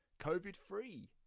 COVID-free